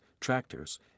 tractors